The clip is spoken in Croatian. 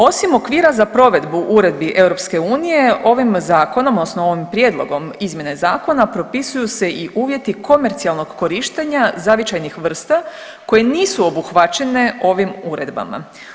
Osim okvira za provedbu uredbi EU, ovim Zakonom odnosno ovim prijedlogom izmjene Zakona propisuju se i uvjeti komercijalnog korištenja zavičajnih vrsta koje nisu obuhvaćene ovim uredbama.